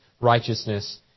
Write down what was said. righteousness